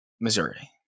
Missouri